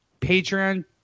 Patreon